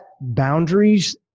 boundaries